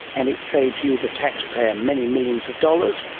and it saves you the tax payer many millions of dollars,